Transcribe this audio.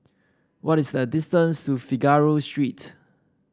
what is the distance to Figaro Street